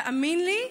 תאמין לי,